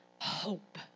hope